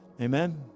amen